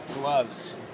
Gloves